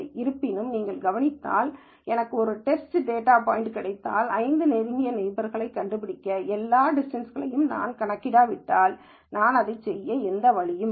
இருப்பினும் நீங்கள் கவனித்தால் எனக்கு ஒரு டெஸ்ட் டேட்டா பாய்ன்ட் கிடைத்தால் 5 நெருங்கிய நெய்பர்ஸை கண்டுபிடிக்க எல்லா டிஸ்டன்ஸ் களையும் நான் கணக்கிடாவிட்டால் இதை நான் செய்ய எந்த வழியும் இல்லை